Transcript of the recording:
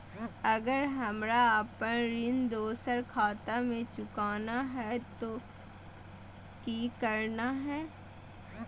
अगर हमरा अपन ऋण दोसर खाता से चुकाना है तो कि करना है?